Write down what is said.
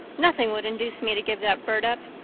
nothing would induce me to give that bird up.